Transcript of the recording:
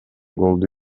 голду